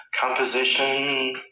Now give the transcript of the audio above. composition